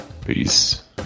Peace